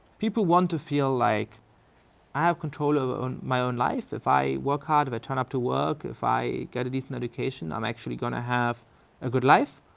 people want to feel like i have control over my own life, if i work hard, if i turn up to work, if i get a decent education, i'm actually gonna have a good life.